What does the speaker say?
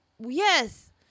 yes